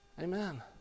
Amen